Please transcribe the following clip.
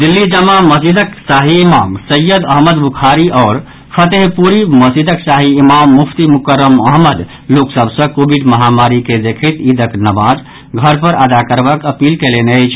दिल्ली जमा मस्जिदक शाही इमाम सैयद अहमद बुखारी आओर फतेहपुरी मस्जिदक शाही इमाम मुफ्ती मुकर्रम अहमद लोक सभ सँ कोविड महामारी के देखैत ईदक नमाज घर पर अदा करबाक अपील कयलनि अछि